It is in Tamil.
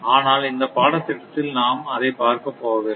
ஆனால் இந்தப் பாடத்திட்டத்தில் நாம் அதைப் பார்க்கப் போவதில்லை